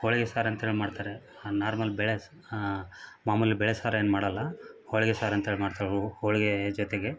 ಹೋಳಿಗೆ ಸಾರು ಅಂತೇಳಿ ಮಾಡ್ತಾರೆ ಆ ನಾರ್ಮಲ್ ಬೇಳೆ ಸ್ ಮಾಮೂಲಿ ಬೇಳೆ ಸಾರು ಏನು ಮಾಡೋಲ್ಲ ಹೋಳಿಗೆ ಸಾರು ಅಂತೇಳಿ ಮಾಡ್ತಾವವು ಹೋಳಿಗೆ ಜೊತೆಗೆ